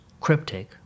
cryptic